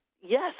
yes